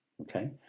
Okay